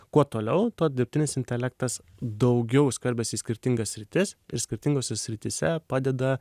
kuo toliau tuo dirbtinis intelektas daugiau skverbiasi į skirtingas sritis ir skirtingose srityse padeda